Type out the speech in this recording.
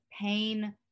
Pain